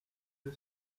the